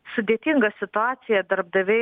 sudėtinga situacija darbdaviai